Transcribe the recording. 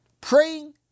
praying